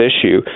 issue